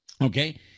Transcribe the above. okay